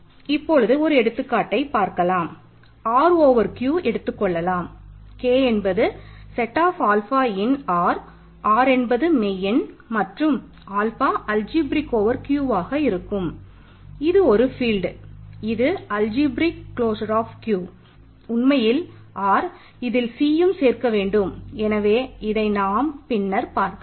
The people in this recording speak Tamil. இப்பொழுது ஒரு எடுத்துக்காட்டை பார்க்கலாம் R ஓவர் Q உண்மையில் R இதில் Cயும் சேர்க்க வேண்டும் எனவே இதை நாம் பின்னர் பார்க்கலாம்